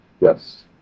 Yes